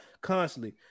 constantly